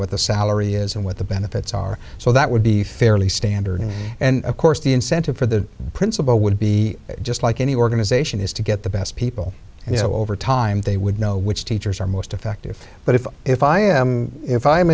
what the salary is and what the benefits are so that would be fairly standard and of course the incentive for the principal would be just like any organization is to get the best people and you know over time they would know which teachers are most effective but if if i am if i